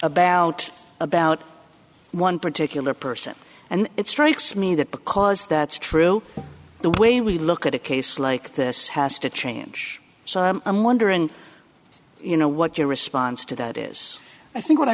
about about one particular person and it strikes me that because that's true the way we look at a case like this has to change so i'm wondering you know what your response to that is i think what i